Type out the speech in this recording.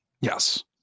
Yes